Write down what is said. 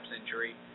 injury